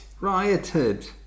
Rioted